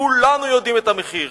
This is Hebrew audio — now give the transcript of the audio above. כולנו יודעים את המחיר.